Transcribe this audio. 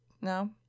no